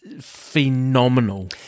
phenomenal